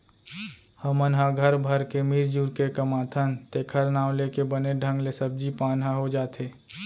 हमन ह घर भर के मिरजुर के कमाथन तेखर नांव लेके बने ढंग ले सब्जी पान ह हो जाथे